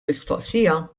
mistoqsija